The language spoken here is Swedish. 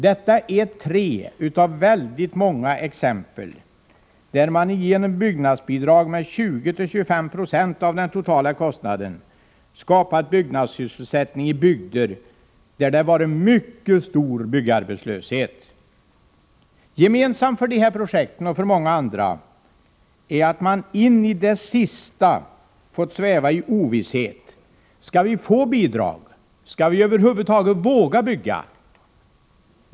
Detta är tre av väldigt många exempel som visar att man genom byggnadsbidrag med 20-25 76 av den totala byggkostnaden kan skapa byggsysselsättning i bygder där det rått mycket stor byggarbetslöshet. Gemensamt för de här projekten, och även för många andra, är att man in i det sista har fått sväva i ovisshet. Man har frågat sig: Skall vi få bidrag? Skall vi över huvud taget våga bygga?